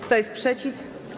Kto jest przeciw?